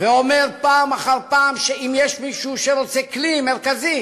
ואומר פעם אחר פעם שאם יש מישהו שרוצה כלי מרכזי